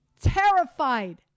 Terrified